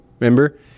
Remember